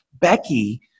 Becky